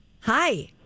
hi